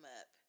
up